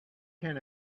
can